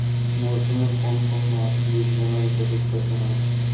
মরসুমের কোন কোন মাস বীজ বোনার উপযুক্ত সময়?